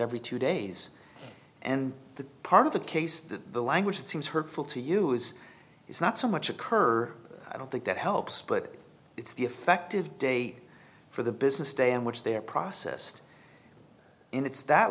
every two days and the part of the case that the language seems hurtful to you is it's not so much a cur i don't think that helps but it's the effective day for the business day in which they're processed in it's that